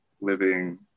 living